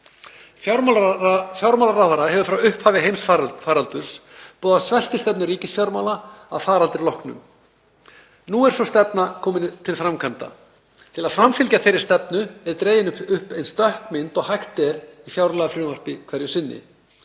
Fjármálaráðherra hefur frá upphafi heimsfaraldurs boðað sveltistefnu ríkisfjármála að faraldri loknum. Nú er sú stefna komin til framkvæmda. Til að framfylgja þeirri stefnu er dregin upp eins dökk mynd og hægt er í fjárlagafrumvarpi hverju sinni